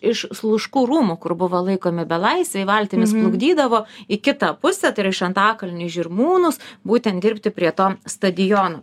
iš sluškų rūmų kur buvo laikomi belaisviai valtimis plukdydavo į kitą pusę tai yra iš antakalnį į žirmūnus būtent dirbti prie to stadiono